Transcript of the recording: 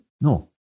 No